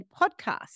podcast